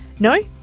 no?